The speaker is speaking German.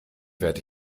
werde